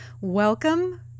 Welcome